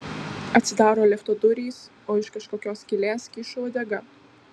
atsidaro lifto durys o iš kažkokios skylės kyšo uodega